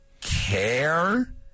care